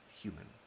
human